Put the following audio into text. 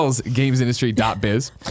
GamesIndustry.biz